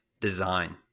design